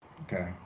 Okay